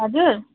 हजुर